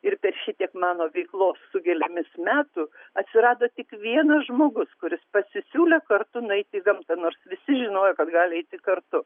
ir per šitiek mano veiklos su gėlėmis metų atsirado tik vienas žmogus kuris pasisiūlė kartu nueiti į gamtą nors visi žinojo kad gali eiti kartu